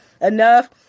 enough